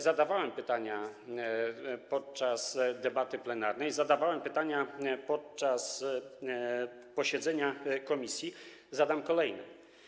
Zadawałem pytania podczas debaty plenarnej, zadawałem pytania podczas posiedzenia komisji, zadam kolejne.